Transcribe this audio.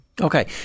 Okay